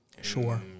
Sure